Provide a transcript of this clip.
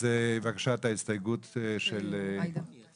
בבקשה את ההסתייגות של חברת הכנסת עאידה.